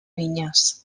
vinyes